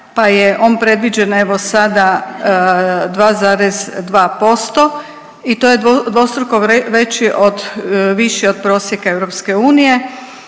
pa je on predviđen evo sada 2,2% i to je dvostruko veći od, viši od prosjeka EU.